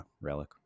Relic